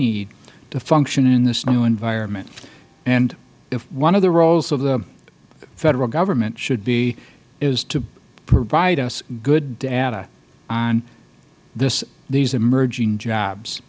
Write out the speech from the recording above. need to function in this new environment and one of the roles of the federal government should be is to provide us good data on these emerging jobs